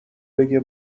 بگه